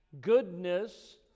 goodness